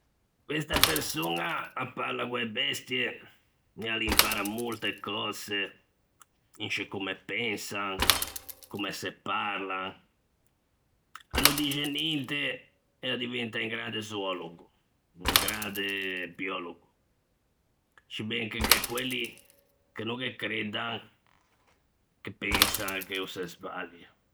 Questa persoña a parla co-e bestie e a l'impara molte cöse in sce comme pensan, comme se parlan; a no dixe ninte e a diventa un grande zoòlogo, un grande biòlogo, sciben che gh'é quelli che no ghe creddan, che pensan che o se sbalie.